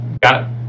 got